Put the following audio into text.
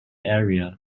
area